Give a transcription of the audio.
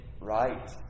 right